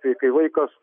kai kai vaikas